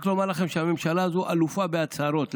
רק לומר לכם שהממשלה הזו אלופה בהצהרות.